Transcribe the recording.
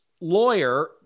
lawyer